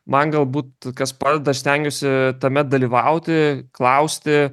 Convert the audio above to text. man galbūt kas padeda aš stengiuosi tame dalyvauti klausti